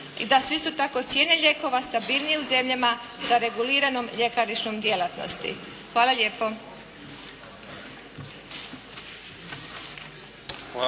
i da su isto tako cijene lijekova stabilnije u zemljama sa reguliranom ljekarničkom djelatnosti. Hvala lijepo.